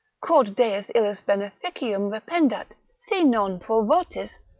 quod deus illis beneficium rependat, si non pro votis,